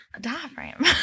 Diaphragm